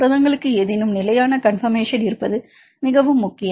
புரதங்களுக்கு ஏதேனும் நிலையான கான்பர்மேஷன் இருப்பது மிகவும் முக்கியம்